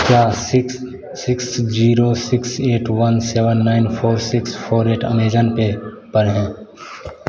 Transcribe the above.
क्या six six zero six eight one seven nine four six four eight Amazon Pay पर है